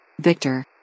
Victor